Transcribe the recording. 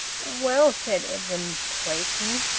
well said edwin, quaking.